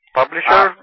publisher